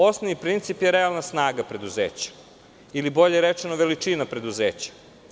Osnovni princip je realna snaga preduzeća ili bolje rečeno, veličina preduzeća.